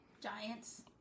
Giants